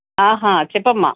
చెప్పమ్మ